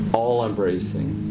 all-embracing